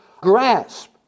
grasp